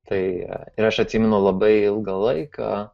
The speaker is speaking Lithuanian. tai ir aš atsimenu labai ilgą laiką